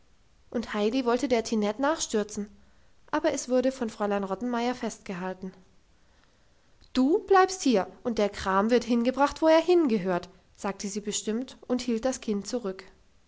und heidi wollte der tinette nachstürzen aber es wurde von fräulein rottenmeier festgehalten du bleibst hier und der kram wird hingebracht wo er hingehört sagte sie bestimmt und hielt das kind zurück